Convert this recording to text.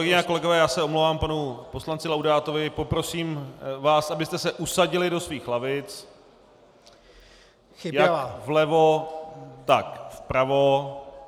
Kolegyně a kolegové já se omlouvám panu poslanci Laudátovi , poprosím vás, abyste se usadili do svých lavic jak vlevo, tak vpravo.